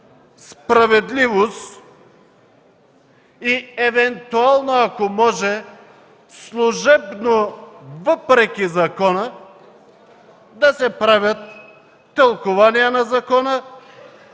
справедливост и евентуално, ако може, служебно, въпреки закона, да се правят тълкувания на закона,